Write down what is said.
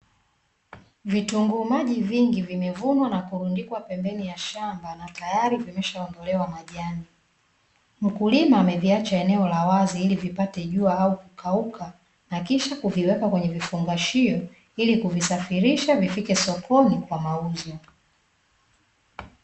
Vitunguu maji vingi vimevunwa na kurundikwa pembeni ya shamba, na tayari vimeshaondolewa majani. Mkulima ameviacha eneo la wazi ili vipate jua au kukauka, na kisha kuviweka kwenye vifungashio, ili kuvisafirisha vifike sokoni kwa mauzo.